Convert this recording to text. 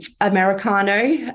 Americano